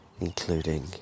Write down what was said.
including